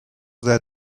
their